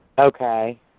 Okay